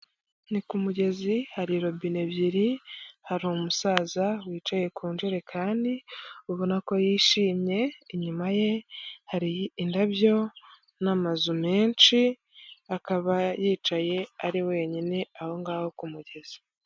Ni ku mugezi hari robine ebyiri hari umusaza wicaye ku ijerekani ubona ko yishimye inyuma ye hari indabyo n'amazu menshi, akaba yicaye ari wenyine aho ngaho kumugezi.